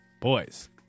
Boys